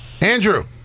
Andrew